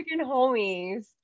homies